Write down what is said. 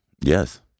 Yes